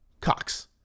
cox